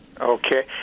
Okay